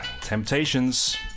Temptations